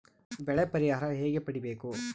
ಬೆಳೆ ಪರಿಹಾರ ಹೇಗೆ ಪಡಿಬೇಕು?